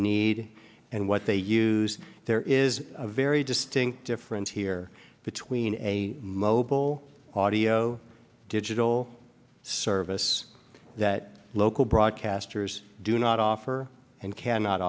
need and what they use there is a very distinct difference here between a mobile audio digital service that local broadcasters do not offer and cannot